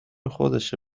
خودشه